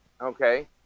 okay